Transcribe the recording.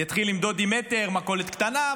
יתחיל למדוד עם מטר: מכולת קטנה,